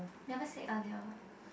never say earlier